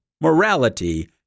morality